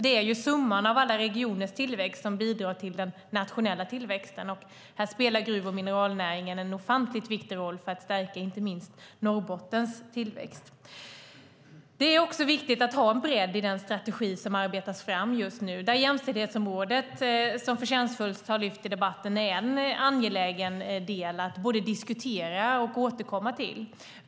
Det är ju summan av alla regioners tillväxt som bidrar till den nationella tillväxten, och här spelar gruv och mineralnäringen en ofantligt viktig roll för att stärka inte minst Norrbottens tillväxt. Det är också viktigt att ha en bredd i den strategi som arbetas fram just nu, där jämställdhetsområdet - som så förtjänstfullt har lyfts fram i debatten - är en angelägen del att både diskutera och återkomma till.